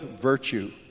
virtue